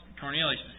Cornelius